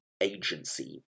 Agency